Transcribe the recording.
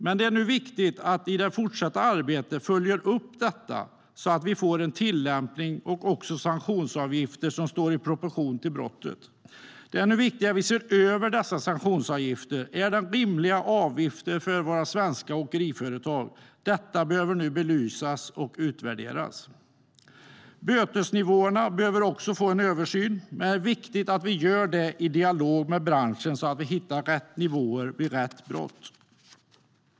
Det är viktigt att i det fortsatta arbetet följa upp detta, så att vi får en tillämpning och också sanktionsavgifter som står i proportion till brottet. Det är viktigt att vi ser över dessa sanktionsavgifter. Är det rimliga avgifter för våra svenska åkeriföretag? Detta behöver belysas och utvärderas. Bötesnivåerna behöver också få en översyn. Men det är viktigt att vi gör det i dialog med branschen, så att vi hittar rätt nivå för respektive brott.